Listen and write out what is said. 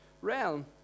realm